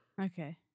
Okay